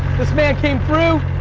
this man came through.